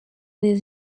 des